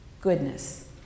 goodness